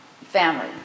family